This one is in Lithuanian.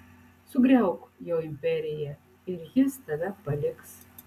sugriauk jo imperiją ir jis tave paliks